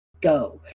Go